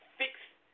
fixed